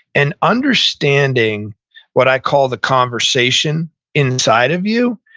and understanding what i call the conversation inside of you,